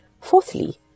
Fourthly